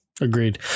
agreed